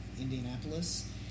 Indianapolis